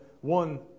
one